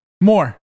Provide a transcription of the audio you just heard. More